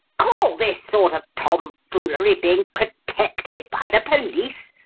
call this sort of tomfoolery being protected by the police?